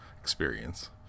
experience